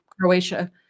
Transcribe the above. croatia